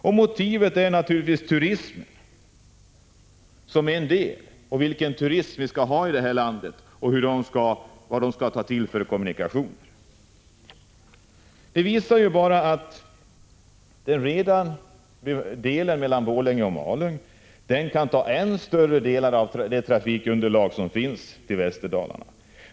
Ett motiv är naturligtvis turismen. Frågan är vilken turism vi skall ha i det här landet och vilka kommunikationer man skall ta till. Redan på sträckan mellan Borlänge och Malung kan man ta ännu större delar av det trafikunderlag som finns när det gäller resor till Västerdalarna.